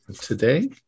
today